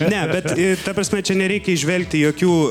ne bet ta prasme čia nereikia įžvelgti jokių